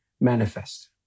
manifest